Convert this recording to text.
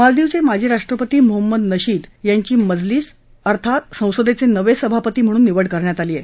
मालदीवचे माजी राष्ट्रपती मोहम्मद नशीद यांची मजलिस अर्थात संसदेचे नवे सभापती म्हणून निवड करण्यात आली आहे